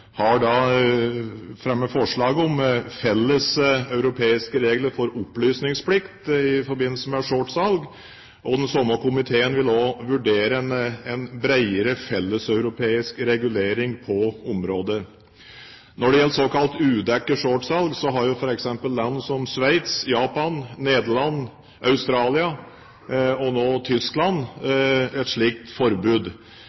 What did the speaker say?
har fremmet forslag om felles europeiske regler for opplysningsplikt i forbindelse med shortsalg. Den samme komiteen vil også vurdere en bredere felleseuropeisk regulering på området. Når det gjelder såkalt udekket shortsalg, har jo f.eks. land som Sveits, Japan, Nederland, Australia og nå Tyskland